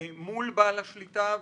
מול בעל השליטה,